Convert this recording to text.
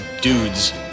dudes